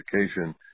education